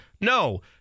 No